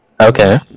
Okay